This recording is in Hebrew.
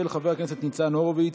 של חבר הכנסת ניצן הורוביץ,